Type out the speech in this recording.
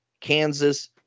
Kansas